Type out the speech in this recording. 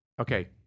Okay